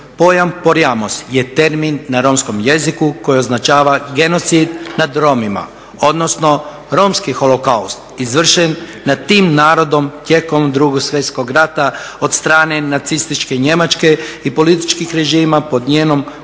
Pojam Porajmos je termin na romskom jeziku koji označava genocid nad Romima, odnosno Romski Holokaust izvršen nad tim narodom tijekom II. Svjetskog rata od strane Nacističke Njemačke i političkih režima pod njenom kontrolom